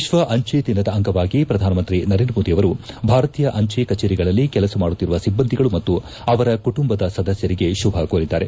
ವಿಶ್ವ ಆಂಜೆ ದಿನದ ಅಂಗವಾಗಿ ಪ್ರಧಾನಮಂತ್ರಿ ನರೇಂದ್ರಮೋದಿ ಆವರು ಭಾರತೀಯ ಅಂಜೆ ಕಚೇರಿಗಳಲ್ಲಿ ಕೆಲಸ ಮಾಡುತ್ತಿರುವ ಸಿಲ್ಲಂದಿಗಳು ಮತ್ತು ಅವರ ಕುಟುಂಬದ ಸದಸ್ಯರಿಗೆ ಶುಭ ಕೋರಿದ್ದಾರೆ